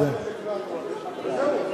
בוא נעביר בקריאה טרומית וזהו.